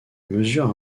mesure